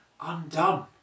undone